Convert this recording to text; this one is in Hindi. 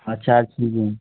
हाँ चार चीज़ें